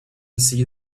see